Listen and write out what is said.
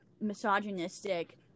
misogynistic